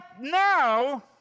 now